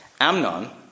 Amnon